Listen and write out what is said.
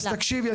אז תקשיבי,